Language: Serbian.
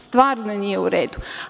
Stvarno nije uredu.